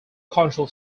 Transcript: control